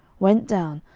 went down,